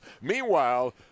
Meanwhile